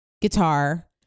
guitar